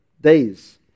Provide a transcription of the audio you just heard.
days